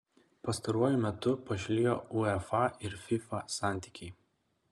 pastaruoju metu pašlijo uefa ir fifa santykiai